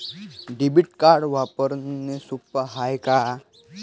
Debit card वापरणं सोप हाय का?